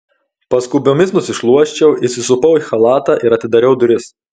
paskubomis nusišluosčiau įsisupau į chalatą ir atidariau duris